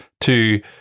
to-